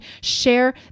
share